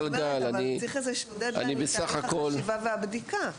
צריך איזה דד ליין לתהליך החשיבה והבדיקה.